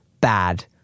bad